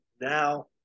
now